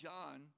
John